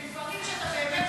אם באמת משרד החינוך משקיע,